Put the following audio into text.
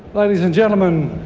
ladies and gentlemen,